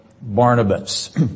Barnabas